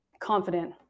confident